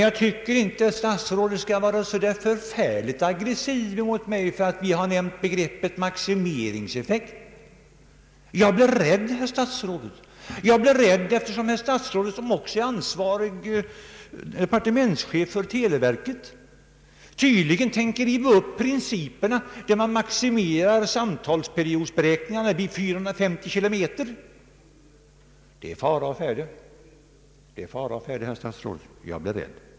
Jag tycker inte att herr statsrådet skall vara så förfärligt aggressiv mot mig för att vi har nämnt begreppet maximering. Jag är beredd, herr statsråd, att här kan hända någonting, eftersom herr statsrådet, som ju såsom departementschef också är ansvarig för televerket, tydligen tänker riva upp principerna att maximera samtalsperiodsberäkningarna till 450 km. Det är fara på färde, herr statsrådet. Jag är beredd!